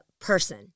person